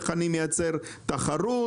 איך אני מייצר תחרות,